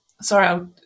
Sorry